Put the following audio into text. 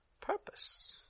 Purpose